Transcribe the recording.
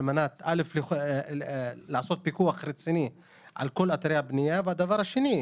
ראשית: על מנת לעשות פיקוח רציני על כל אתרי הבנייה; שנית: